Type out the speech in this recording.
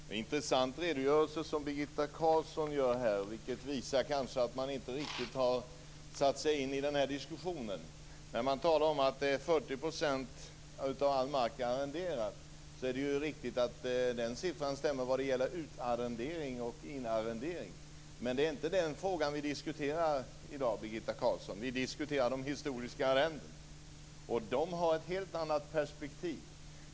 Herr talman! Det är en intressant redogörelse från Birgitta Carlsson. Den visar att hon inte riktigt har satt sig in i diskussionen. Det är riktigt att siffran 40 % arrenderad mark stämmer för utarrendering och inarrendering. Men det är inte den frågan vi diskuterar i dag, Birgitta Carlsson. Vi diskuterar de historiska arrendena. De har ett helt annat perspektiv.